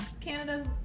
canada's